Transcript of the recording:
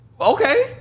Okay